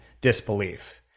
disbelief